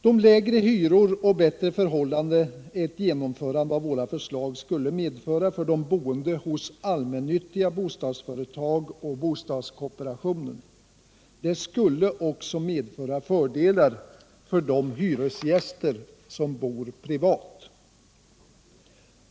De lägre hyror och bättre förhållanden som ett genomförande av våra förslag skulle medföra för de boende hos de altmännyttiga bostadstöretagen och bostadskooperationen skulle också medföra fördelar för de hyresgäster som bor privat.